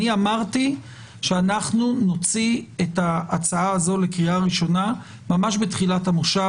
אני אמרתי שאנחנו נוציא את ההצעה הזו לקריאה ראשונה ממש בתחילת המושב.